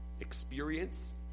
Experience